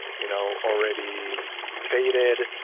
you know already faded.